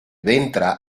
ventre